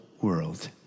world